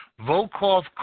Volkov